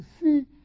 see